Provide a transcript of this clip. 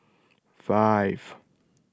five